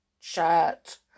shirt